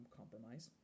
compromise